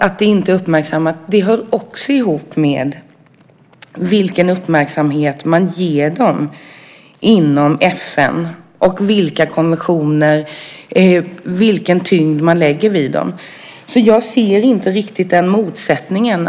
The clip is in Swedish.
Att det inte är uppmärksammat hör också ihop med vilken uppmärksamhet man ger dem inom FN och vilken tyngd man lägger vid dem.